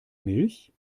milch